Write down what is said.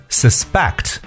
suspect